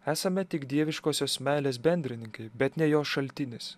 esame tik dieviškosios meilės bendrininkai bet ne jo šaltinis